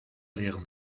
lehren